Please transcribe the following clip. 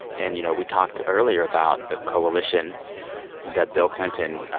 and, you know, we talked earlier about the coalition that bill clinton